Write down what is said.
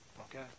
okay